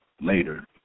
later